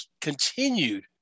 continued